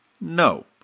No